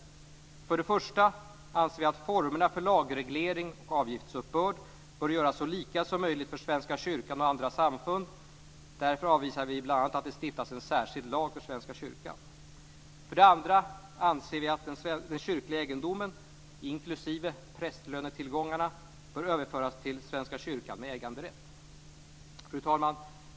För det första anser vi att formerna för lagreglering och avgiftsuppbörd bör göras så lika som möjligt för Svenska kyrkan och andra samfund. Därför avvisar vi bl.a. att det stiftas en särskild lag för Svenska kyrkan. För det andra anser vi att den kyrkliga egendomen, inklusive prästlönetillgångarna, bör överföras till Fru talman!